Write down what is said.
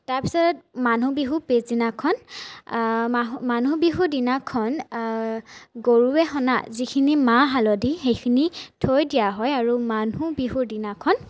তাৰপিছত মানুহ বিহু পাছদিনাখন মাহু মানুহ বিহু দিনাখন গৰুৱে সনা যিখিনি মাহ হালধি সেইখিনি থৈ দিয়া হয় আৰু মানুহ বিহুৰ দিনাখন